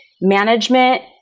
management